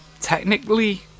technically